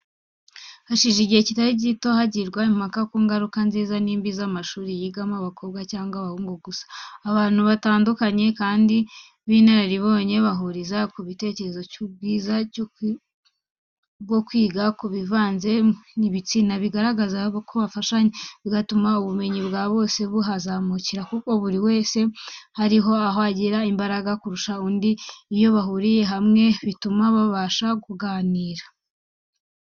Hashize igihe kitari gito hagibwa impaka ku ngaruka nziza n'imbi z'amashuri yigamo abakobwa cyangwa abahungu gusa, abantu batandukanye kandi b'inararibonye bahuriza ku gitekerezo cy'ubwiza bwo kwiga bavanze ibitsina byombi, bagaragaza ko bafashanya, bigatuma ubumenyi bwa bose buhazamukira, kuko buri wese hari aho agira imbaraga kurusha undi, iyo bahuriye hamwe bituma babasha kunganirana.